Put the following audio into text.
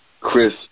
Chris